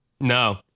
No